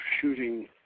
shooting